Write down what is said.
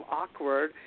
awkward